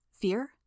Fear